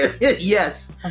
Yes